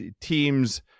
teams